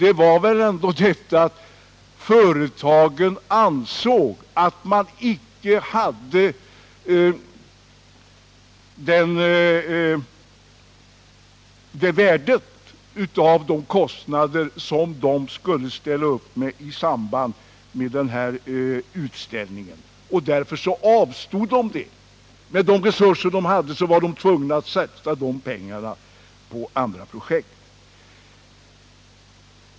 Det var väl ändå så, att företagen ansåg att den här utställningen inte skulle ge vad man kunde vänta sig med tanke på de utgifter som uppkommit i samband med den. De resurser man hade var man tvungen att satsa på andra projekt.